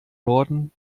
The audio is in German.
norden